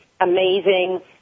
amazing